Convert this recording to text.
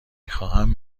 خواهم